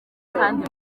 kandi